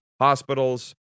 hospitals